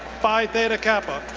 phi theta kappa.